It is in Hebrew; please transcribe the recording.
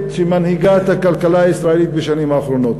שמנהיגה את הכלכלה הישראלית בשנים האחרונות,